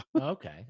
Okay